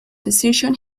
decision